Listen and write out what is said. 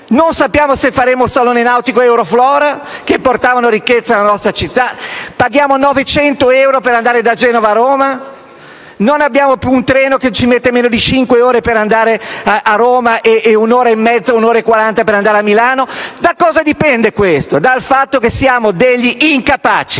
Non sappiamo se faremo il Salone Nautico ed Euroflora, che portavano ricchezza alla nostra città. Paghiamo 900 euro per andare da Genova a Roma; non abbiamo più un treno che ci metta meno di cinque ore per andare a Roma e un'ora e mezzo, un'ora e quaranta minuti per andare a Milano. Da che cosa dipende questo? Dal fatto che siamo degli incapaci!